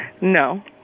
No